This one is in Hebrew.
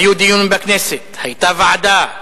היו דיונים בכנסת, היתה ועדה,